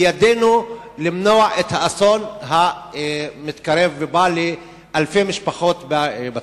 בידנו למנוע את האסון המתקרב ובא לאלפי משפחות בצפון.